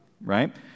right